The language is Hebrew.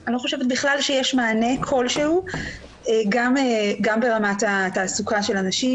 אני לא חושבת שיש מענה כלשהוא גם ברמת התעסוקה של הנשים,